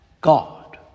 God